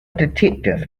detective